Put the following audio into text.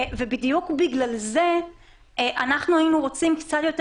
ובדיוק בגלל זה היינו רוצים קצת יותר